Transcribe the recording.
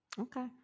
Okay